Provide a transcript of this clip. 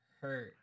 hurt